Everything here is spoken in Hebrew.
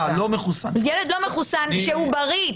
ילד לא מחוסן שהוא בריא,